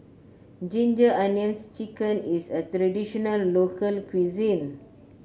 Ginger Onions chicken is a traditional local cuisine